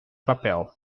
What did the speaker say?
papel